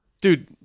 Dude